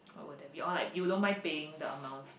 will that be all like you don't mind paying the amount